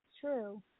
true